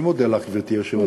אני מודה לך, גברתי היושבת-ראש.